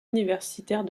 universitaires